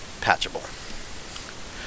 patchable